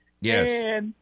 Yes